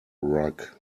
rug